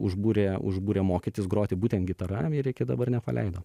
užbūrė užbūrė mokytis groti būtent gitara ir iki dabar nepaleido